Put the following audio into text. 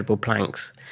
planks